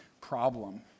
problem